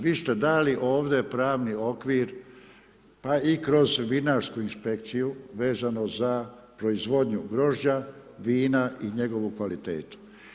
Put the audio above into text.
Vi ste dali ovdje pravni okvir pa i kroz vinarsku inspekciju vezano za proizvodnju grožđa, vina i njegovu kvalitetu.